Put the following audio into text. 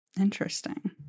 Interesting